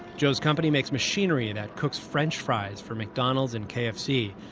zhou's company makes machinery that cooks french fries for mcdonald's and kfc.